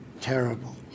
terrible